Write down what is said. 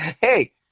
Hey